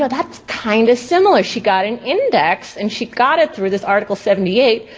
but that's kind of similar, she got an index and she got it through this article seventy eight.